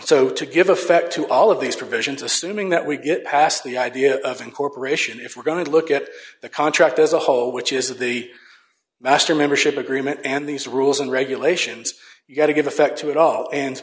so to give effect to all of these provisions assuming that we get past the idea of incorporation if we're going to look at the contract as a whole which is the master membership agreement and these rules and regulations you've got to give effect to it all and